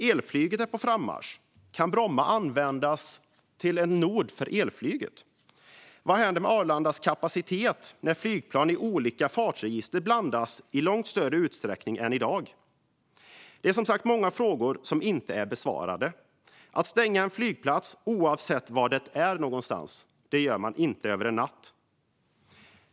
Elflyget är på frammarsch - kan Bromma användas som en nod för elflyget? Vad händer med Arlandas kapacitet när flygplan i olika fartregister blandas i långt större utsträckning än i dag? Det är som sagt många frågor som inte är besvarade. Att stänga en flygplats, oavsett var den ligger, gör man inte över en natt.